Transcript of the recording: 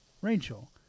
Rachel